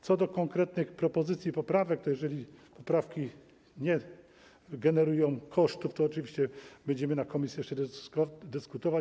Co do konkretnych propozycji poprawek, to jeżeli poprawki nie generują kosztów, to oczywiście będziemy na posiedzeniu komisji jeszcze dyskutować.